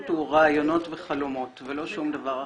הוא רעיונות וחלומות ולא שום דבר אחר.